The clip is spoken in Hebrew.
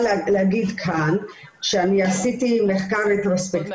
אומרת שיתכן שהנתונים הם בחסר אבל יש מודעות יותר ויותר.